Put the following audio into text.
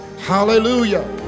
hallelujah